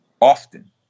often